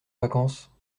vacances